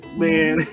man